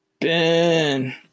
Ben